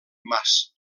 mas